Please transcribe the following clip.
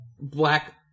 black